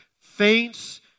faints